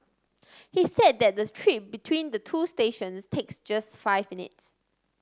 he said that the trip between the two stations takes just five minutes